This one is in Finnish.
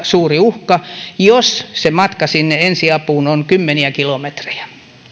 suuri uhka jos se matka sinne ensiapuun on kymmeniä kilometrejä